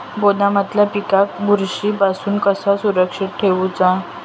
गोदामातल्या पिकाक बुरशी पासून कसा सुरक्षित ठेऊचा?